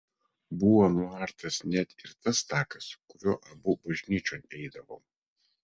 buvo nuartas net ir tas takas kuriuo abu bažnyčion eidavo